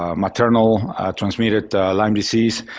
um maternal transmitted lyme disease,